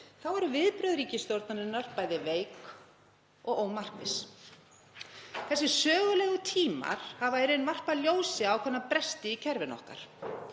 þá eru viðbrögð ríkisstjórnarinnar bæði veik og ómarkviss. Þessir sögulegu tímar hafa varpað ljósi á ákveðna bresti í kerfinu okkar.